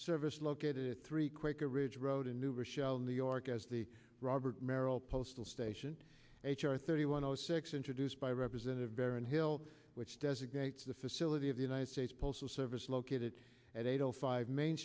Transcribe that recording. service located at three quaker ridge road in newer shell new york as the robert merrill postal station h r thirty one zero six introduced by representative baron hill which designates the facility of the united states postal service located at eight o five main